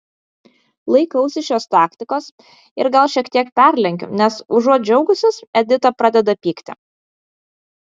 laikausi šios taktikos ir gal šiek tiek perlenkiu nes užuot džiaugusis edita pradeda pykti